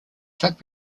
chuck